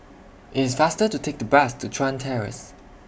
IS faster to Take The Bus to Chuan Terrace